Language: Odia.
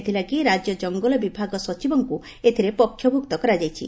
ଏଥଲାଗି ରାଜ୍ୟ ଜଙ୍ଗଲ ବିଭାଗ ସଚିବଙ୍କୁ ଏଥିରେ ପକ୍ଷଭୁକ୍ତ କରାଯାଇଛି